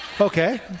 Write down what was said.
Okay